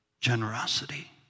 generosity